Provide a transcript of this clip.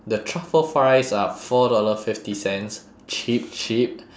the truffle fries are four dollar fifty cents cheap cheap